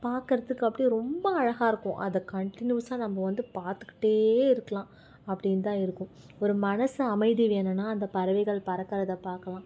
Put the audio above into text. பார்க்குறத்துக்கு அப்படியே ரொம்ப அழகா இருக்கும் அதை கன்டினுஷாக நம்ம வந்து பார்த்துக்கிட்டே இருக்கலாம் அப்படின் தான் இருக்கும் ஒரு மனசு அமைதி வேணுனா அந்த பறவைகள் பறக்கிறத பார்க்கலாம்